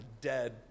dead